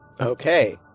Okay